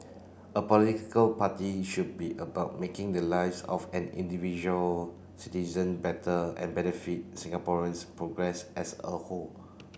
a political party should be about making the lives of an individual citizen better and benefit Singaporeans progress as a whole